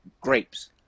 grapes